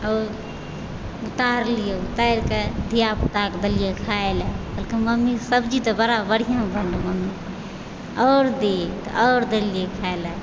आओर उतारलियै उतारिके धियापुताके देलियै खाइ लए कहलकै मम्मी सब्जी तऽ बड़ा बढ़िआँ बनलौ मम्मी आओर दे तऽ आओर देलियै खाइ लए